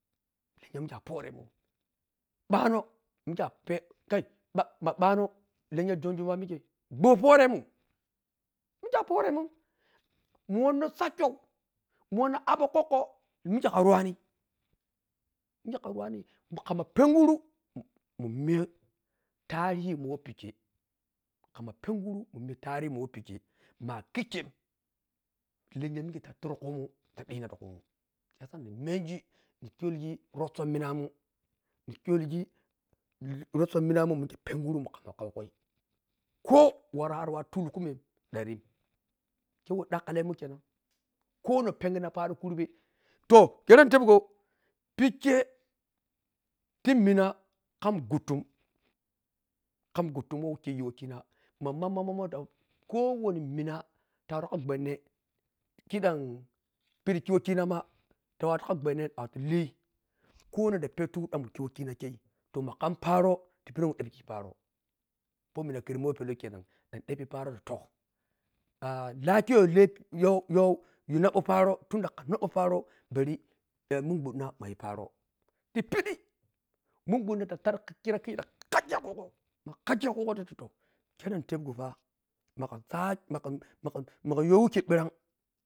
Lenyha wa mikhe a phoremun bwano mikhe phe kai bwa ma bwano lenyha jonjomawa mikhe gbwo phoremun mikhe a phoremùnim mùn wanna sakyau mun wanna abkwokwo mikhe kharuwani mikhe kharuwani khamma penguru munmera yarihimun wah pekhe khamma penguru mùnme tarihimun wah pekhe ma akikkhem lenyha mikhe ta tùrikhumun dhandhina ti khùmun siyasa nimengi nikyolgi rhoso munamun mum penguru khamma khaukhui kho wara ariwawe tili khumem dhanrim khewah dhakkhilemun kena khonok pengirna peni ḱurbe to khero nhitepgho pekhe ti mina kham ghutum lham ghutumwah khighi wahkhina ma mammoh mammoh dhank khowani mina ta watu kha gbwanah khidham pedhi ḱhiwakhinama ta watu kha gbwaneh dhank watu lee khonokh ta petyu dhank watu khi wakhina khe to makham paro ti pidhi wah mùn dhakhi paro phomina kherùm wah pellau khenan dhank dheƀe paro ta to “aah” lahkhe yholepi yho yho ninobwoh paro tunddda kha nobwoh pero bari mungudhina mayi paro ti pigi mungudhina ta sadhi khura khikhe dhank khakhi yakhugho ma khakyo yakhugho to khero ni tepgho pah magha, magha yhowukhe bherank.